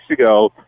ago